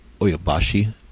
Oyabashi